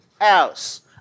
else